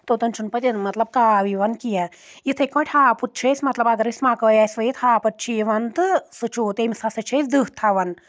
توٚتَن چھُنہٕ پَتہٕ مطلب کاو یِوان کینٛہہ یِتھٕے کٲٹھۍ ہاپُت چھِ أسۍ مطلب اگر أسۍ مکٲے آسہِ وٲیِتھ ہاپت چھِ یِوَان تہٕ سُہ چھُ تٔمِس ہسا چھِ أسۍ دٔہ تھاوَان